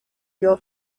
your